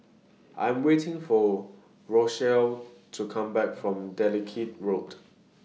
I'm waiting For Rochelle to Come Back from Dalkeith Road